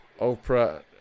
Oprah